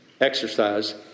exercise